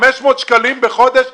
500 שקלים בחודש,